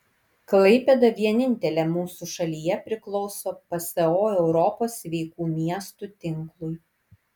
klaipėda vienintelė mūsų šalyje priklauso pso europos sveikų miestų tinklui